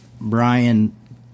Brian